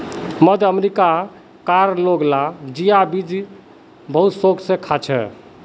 मध्य अमेरिका कार लोग जिया बीज के शौक से खार्चे